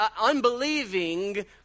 unbelieving